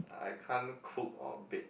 I can't cook or bake